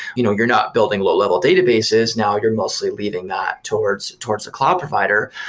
you know you're not building low-level databases. now, you're mostly leaving that towards towards a cloud provider,